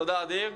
תודה, אדיר.